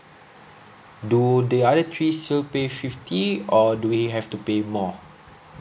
do the other three still pay fifty or do we have to pay more